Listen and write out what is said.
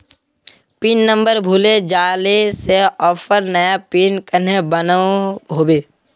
Pin number भूले जाले से ऑफर नया पिन कन्हे बनो होबे?